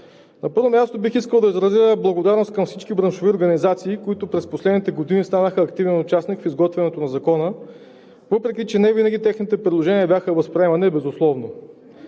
На първо място бих искал да изразя благодарност към всички браншови организации, които през последните години станаха активен участник в изготвянето на Закона, въпреки че невинаги техните предложения бяха възприемани безусловно.